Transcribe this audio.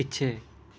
ਪਿੱਛੇ